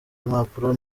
impapuro